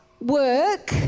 work